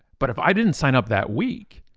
but if i didn't sign up that week,